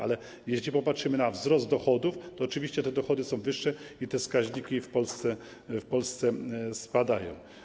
Ale jeśli popatrzymy na wzrost dochodów, to oczywiście dochody są wyższe i te wskaźniki w Polsce spadają.